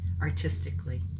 artistically